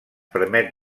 permet